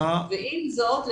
עם זאת,